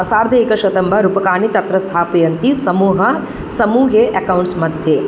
सार्ध एकशतं वा रूप्यकाणि तत्र स्थापयन्ति समूह समूहे अकौण्ट्स् मध्ये